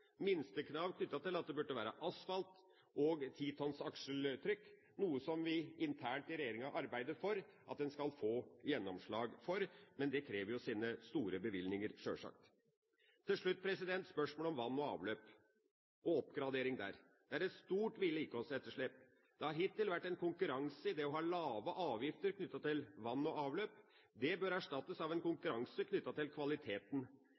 minstekrav knyttet til at det burde være asfalt og at de tåler 10 tonns akseltrykk, noe vi internt i regjeringa arbeider for å få gjennomslag for, men det krever sine store bevilgninger, sjølsagt. Til slutt til spørsmålet om oppgraderingen av vann- og avløpsanlegg. Der er det et stort vedlikeholdsetterslep. Det har hittil vært en konkurranse i det å ha lave avgifter knyttet til vann og avløp. Det bør erstattes av en konkurranse knyttet til kvaliteten.